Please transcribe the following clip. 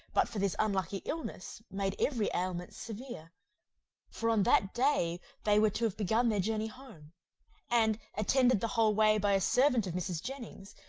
but for this unlucky illness, made every ailment severe for on that day they were to have begun their journey home and, attended the whole way by a servant of mrs. jennings,